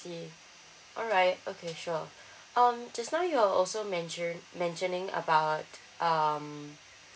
see alright okay sure um just now you're also mentioned mentioning about um